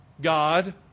God